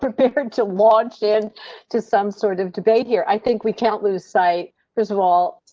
preparing to launched in to some sort of debate here. i think we can't lose sight first of all.